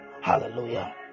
hallelujah